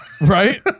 Right